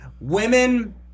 Women